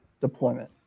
deployment